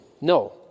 No